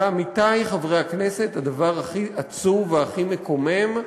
ועמיתי חברי הכנסת, הדבר הכי עצוב והכי מקומם,